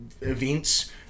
events